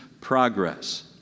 progress